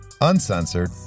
uncensored